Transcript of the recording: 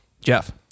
Jeff